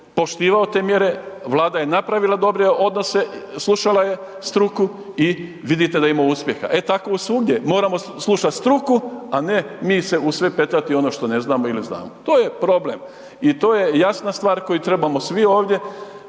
poštivao te mjere, Vlada je napravila dobre odnose, slušala je struku i vidite da imamo uspjeha. E tako svugdje moramo slušat struku a mi se u sve petljati ono što ne znamo ili znamo. I to je problem i to je jasna stvar koju trebamo svi ovdje